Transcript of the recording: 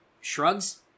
shrugs